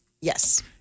Yes